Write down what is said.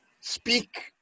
Speak